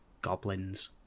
goblins